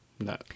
No